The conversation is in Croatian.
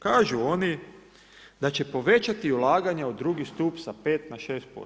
Kažu oni da će povećati ulaganja u drugi stup sa 5 na 6%